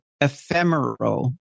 ephemeral